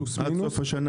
פלוס מינוס.